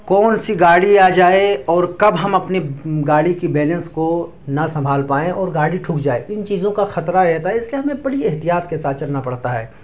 کون سی گاڑی آ جائے اور کب ہم اپنی گاڑی کی بیلنس کو نا سنبھال پائیں اور گاڑی ٹھک جائے ان چیزوں کا خطرہ رہتا ہے اس لیے ہمیں بڑی احتیاط کے ساتھ چلنا پڑتا ہے